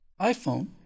iPhone